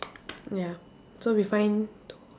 ya so we find two